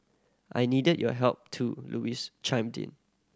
I needed your help too Louise chimed in